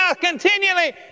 continually